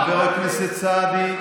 חבר הכנסת סעדי,